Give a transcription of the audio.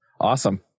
awesome